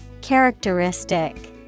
Characteristic